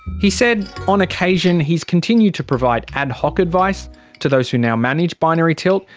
he said on occasion he's continued to provide ad hoc advice to those who now manage binary tilt,